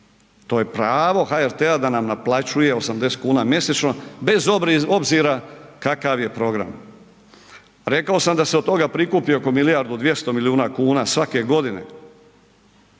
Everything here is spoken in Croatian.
to je pravo HRT-a da nam naplaćuje 80 mjesečno bez obzira kakav je program. Rekao sam da se od toga prikupi oko milijardu i 200 milijuna kuna svake godine,